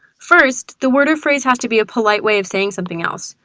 first, the word or phrase has to be a polite way of saying something else,